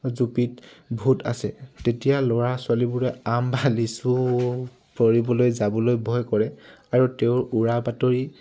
জুপিত ভুত আছে তেতিয়া ল'ৰা ছোৱালীবোৰে আম বা লিচু তৰিবলৈ যাবলৈ ভয় কৰে আৰু তেওঁৰ উৰা বাতৰি